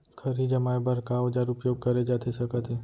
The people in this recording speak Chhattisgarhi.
खरही जमाए बर का औजार उपयोग करे जाथे सकत हे?